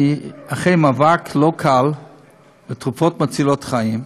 אחרי מאבק לא קל על תרופות מצילות חיים,